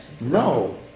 No